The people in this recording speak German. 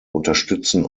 unterstützen